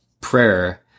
prayer